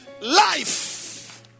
life